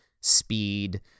speed